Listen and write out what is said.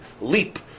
leap